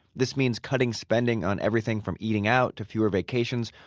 this means, cutting spending on everything from eating out to fewer vacations,